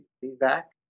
Feedback